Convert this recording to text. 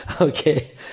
Okay